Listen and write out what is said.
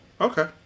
okay